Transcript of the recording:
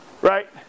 Right